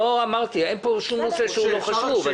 לא אמרתי, אין פה שום נושא שהוא לא חשוב.